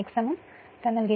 X m നൽകിയിരിക്കുന്നു